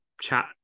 chat